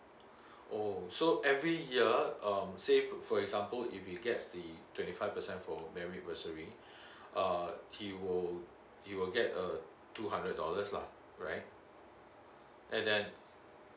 oh so every year um say for example if he gets the twenty five percent for merit bursary uh he will he will get uh two hundred dollars lah right and then